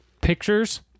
pictures